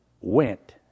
went